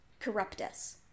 Corruptus